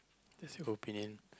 that is opinion